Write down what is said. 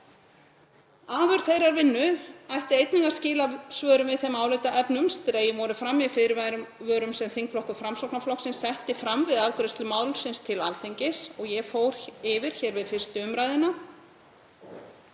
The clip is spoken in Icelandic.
Afurð þeirrar vinnu ætti einnig að skila svörum við þeim álitaefnum sem dregin voru fram í fyrirvörum sem þingflokkur Framsóknarflokksins setti fram við afgreiðslu málsins til Alþingis og ég fór yfir við 1. umr.